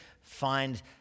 find